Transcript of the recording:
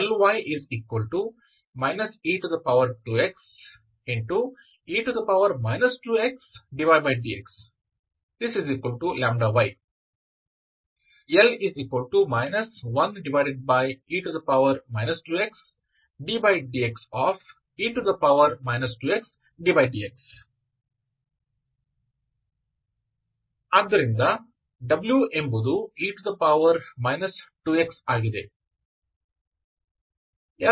Ly e2xe 2xdydxλy L 1e 2xddxe 2xddx ಆದ್ದರಿಂದ w ಎಂಬುದು e 2x ಆಗಿದೆ